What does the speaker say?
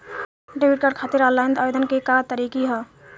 Debit card खातिर online आवेदन के का तरीकि ह?